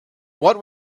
what